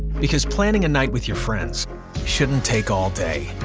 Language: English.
because planning a night with your friends shouldn't take all day.